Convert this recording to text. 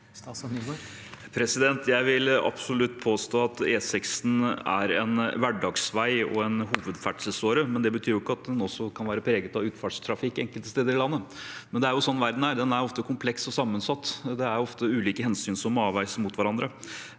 Jeg vil absolutt påstå at E6 er en hverdagsvei og en hovedferdselsåre, men det betyr jo ikke at den ikke også kan være preget av utfartstrafikk enkelte steder i landet. Det er jo sånn verden er. Den er ofte kompleks og sammensatt. Det er ofte ulike hensyn som må veies mot hverandre,